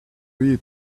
eat